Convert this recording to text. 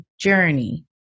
journey